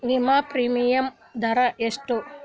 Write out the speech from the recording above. ವಿಮಾ ಪ್ರೀಮಿಯಮ್ ದರಾ ಎಷ್ಟು?